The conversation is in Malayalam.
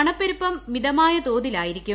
പണപ്പെരുപ്പം മിതമായ തോതിലായിരിക്കും